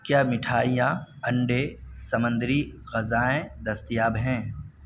کیا مٹھائیاں انڈے سمندری غذائیں دستیاب ہیں